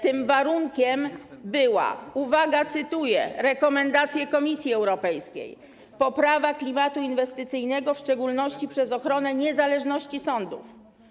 Tym warunkiem była, uwaga, cytuję rekomendację Komisji Europejskiej: poprawa klimatu inwestycyjnego, w szczególności przez ochronę niezależności sądów.